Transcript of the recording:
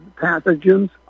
pathogens